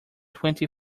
twenty